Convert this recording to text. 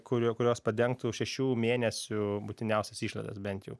kurių kurios padengtų šešių mėnesių būtiniausias išlaidas bent jau